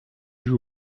joue